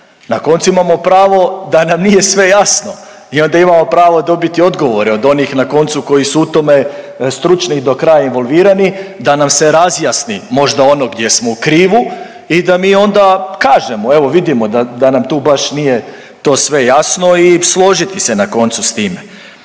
Na koncu imamo pravo da nam nije sve jasno i onda imamo pravo dobiti odgovore od onih na koncu koji su u tome stručni i do kraja involvirani da nam se razjasni možda ono gdje smo u krivu i da mi onda kažemo evo vidimo da nam tu baš nije to sve jasno i složiti se na koncu s time,